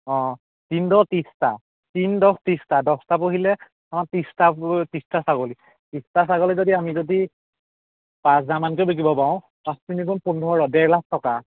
অঁ তিনি দহ ত্ৰিছটা তিনি দহ ত্ৰিছটা দহটা পুহিলে আমাৰ ত্ৰিছটা ত্ৰিছটা ছাগলী ত্ৰিছটা ছাগলী যদি আমি যদি পাঁচ হাজাৰমানকৈও বিকিব পাৰোঁ পাঁচ তিনিগুণ পোন্ধৰ ডেৰ লাখ টকা